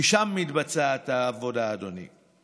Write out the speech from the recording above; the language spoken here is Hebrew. כי שם מתבצעת העבודה, אדוני.